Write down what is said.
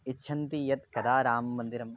इच्छन्ति यत् कदा राममन्दिरं